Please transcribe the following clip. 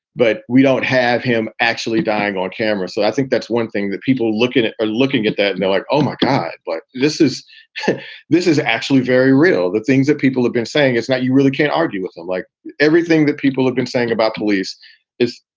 but we don't have him actually dying on camera. so i think that's one thing that people looking at are looking at that and like, oh, my god. but this is this is actually very real. the things that people have been saying is that you really can't argue with them. like everything that people have been saying about police is,